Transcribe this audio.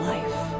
Life